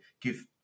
give